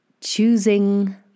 choosing